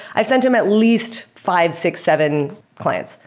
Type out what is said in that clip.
i sent him at least five, six, seven clients,